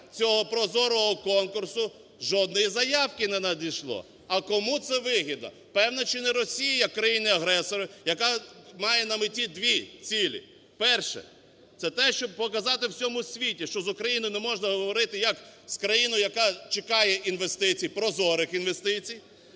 цього прозорого конкурсу, жодної заявки не надійшло. А кому це вигідно? Певно, чи не Росії як країни-агресору, яка має на меті дві цілі: перше – це те, щоб показати всьому світу, що з Україною не можна говорити як з країною, яка чекає інвестицій, прозорих інвестицій;